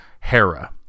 Hera